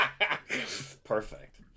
Perfect